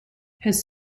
his